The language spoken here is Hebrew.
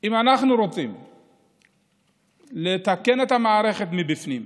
אם אנחנו רוצים לתקן את המערכת מבפנים,